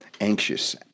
anxious